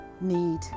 need